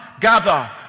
gather